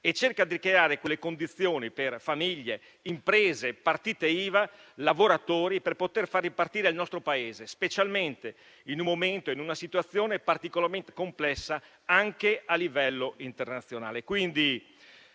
e cerca di creare le condizioni per famiglie, imprese, partite IVA, lavoratori per poter far ripartire il nostro Paese, specialmente in un momento e in una situazione particolarmente complessi anche a livello internazionale.